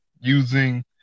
using